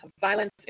violence